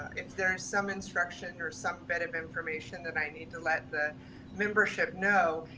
if there's some instruction or some bit of information then i need to let the membership know,